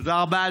תודה רבה.